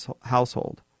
household